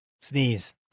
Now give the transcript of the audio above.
Sneeze